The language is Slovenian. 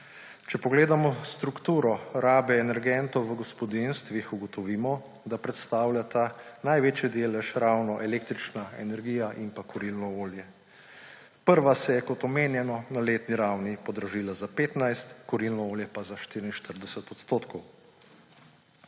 Če pogledamo strukturo rabe energentov v gospodinjstvih, ugotovimo, da predstavljata največji delež ravno električna energija in pa kurilno okolje. Prva se je, kot omenjeno, na letni ravni podražila za 15 %, kurilno olje pa za 44 %.